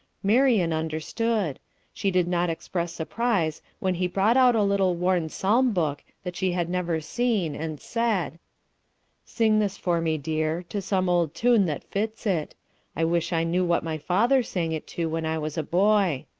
marian understood she did not express surprise when he brought out a little worn psalm-book that she had never seen, and said sing this for me, dear, to some old tune that fits it i wish i knew what my father sang it to when i was a boy.